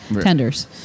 Tenders